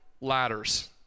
ladders